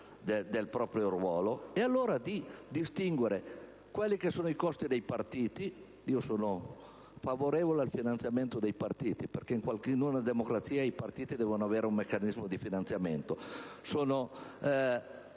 sono favorevole al finanziamento dei partiti, perché in una democrazia i partiti devono avere un meccanismo di finanziamento e sono